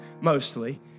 mostly